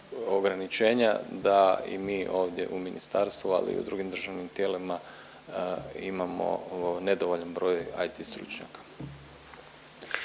ograničenja da i mi ovdje u ministarstvu, ali i u drugim državnim tijelima imamo nedovoljan broj IT stručnjaka.